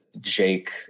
Jake